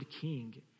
king